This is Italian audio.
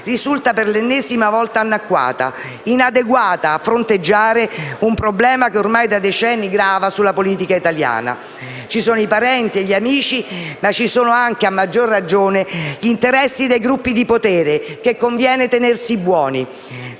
risulta per l'ennesima volta annacquata, inadeguata a fronteggiare un problema che ormai da decenni grava sulla politica italiana. Ci sono i parenti e gli amici, ma ci sono anche, e a maggior ragione, gli interessi dei gruppi di potere, che conviene tenersi buoni.